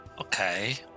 Okay